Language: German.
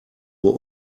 nur